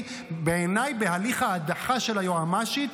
בעיניי בהליך ההדחה של היועמ"שית,